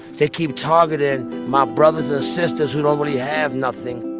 they keep targeting my brothers and sisters who don't really have nothing.